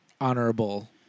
honorable